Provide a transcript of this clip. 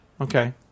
Okay